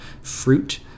fruit